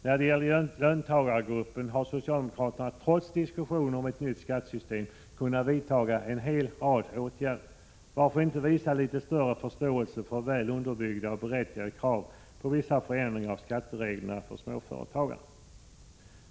När det gäller löntagargruppen har socialdemokraterna trots diskussionen om ett nytt skattesystem kunnat vidta en rad åtgärder. Varför inte visa litet förståelse för väl underbyggda och berättigade krav på vissa förändringar av skattereglerna för småföretagarna?